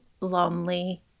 Lonely